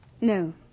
no